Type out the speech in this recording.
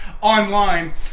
Online